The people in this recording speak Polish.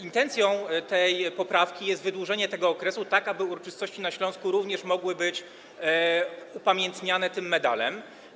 Intencją tej poprawki jest wydłużenie tego okresu, tak aby uroczystości na Śląsku również mogły być upamiętniane tym medalem.